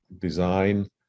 design